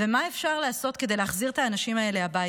ומה אפשר לעשות כדי להחזיר את האנשים האלה הביתה.